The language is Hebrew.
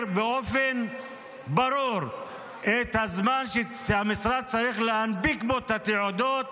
באופן ברור את הזמן שהמשרד צריך להנפיק בו את התעודות